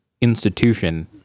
institution